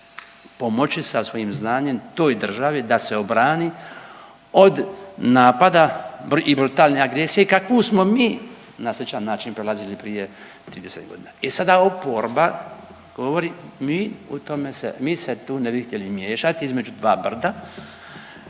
pomoći sa svojim znanjem toj državi da se obrani od napada i brutalne agresije kakvu smo mi na sličan način prolazili prije 30 godina. I sada oporba govori mi u tome se, mi se tu ne bi htjeli miješati između dva brda